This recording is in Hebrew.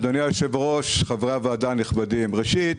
אדוני היושב-ראש, חברי הוועדה הנכבדים, ראשית,